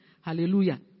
Hallelujah